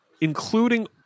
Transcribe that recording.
including